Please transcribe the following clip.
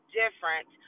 different